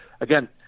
again